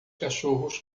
cachorros